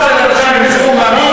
של אנשים מסוממים,